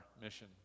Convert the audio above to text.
mission